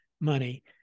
money